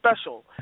special